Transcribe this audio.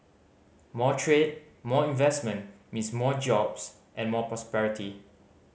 more trade more investment means more jobs and more prosperity